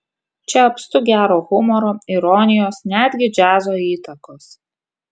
čia apstu gero humoro ironijos netgi džiazo įtakos